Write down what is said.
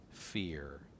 fear